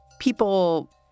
people